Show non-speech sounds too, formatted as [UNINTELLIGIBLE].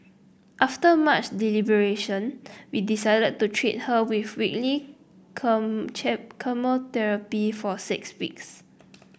after much deliberation we decided to treat her with weekly [UNINTELLIGIBLE] chemotherapy for six weeks